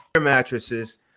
mattresses